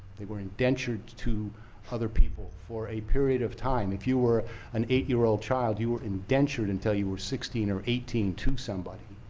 they were indentured to other people for a period of time. if you were an eight-year-old child, you were indentured until you were sixteen or eighteen to somebody.